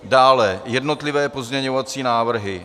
Dále jednotlivé pozměňovací návrhy.